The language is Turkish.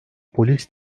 polis